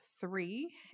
three